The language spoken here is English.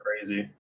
crazy